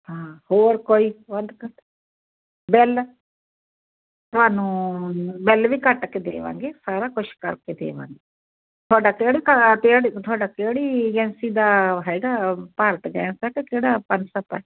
ਹਾਂ ਹੋਰ ਕੋਈ ਵੱਧ ਘੱਟ ਬਿੱਲ ਤੁਹਾਨੂੰ ਬਿੱਲ ਵੀ ਕੱਟ ਕੇ ਦੇਵਾਂਗੇ ਸਾਰਾ ਕੁਛ ਕਰਕੇ ਦੇਵਾਂਗੇ ਤੁਹਾਡਾ ਕਿਹੜੀ ਕ ਤੁਹਡਾ ਤੁਹਾਡਾ ਕਿਹੜੀ ਏਜੰਸੀ ਦਾ ਹੈਗਾ ਭਾਰਤ ਗੈਸ ਆ ਕ ਕਿਹੜਾ ਪਨਸਪ ਹੈ